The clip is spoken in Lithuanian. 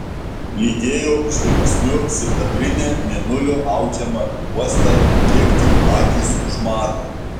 lydėjo žvilgsniu sidabrinę mėnulio audžiamą juostą kiek tik akys užmato